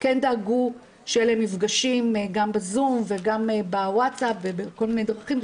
כן דאגו שיהיו להם מפגשים גם בזום וגם בווטאסאפ ובכל מיני דרכים.